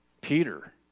Peter